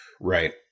right